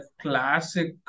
classic